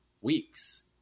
weeks